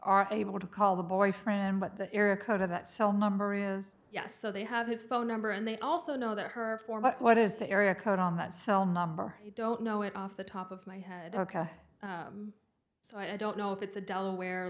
are able to call the boyfriend but the area code of that cell number is yes so they have his phone number and they also know that her form but what is the area code on that cell number i don't know it off the top of my head ok so i don't know if it's a delaware